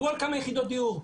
דיברו על כמה יחידות דיור,